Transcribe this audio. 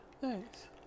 Thanks